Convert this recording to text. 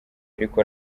ariko